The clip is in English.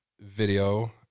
video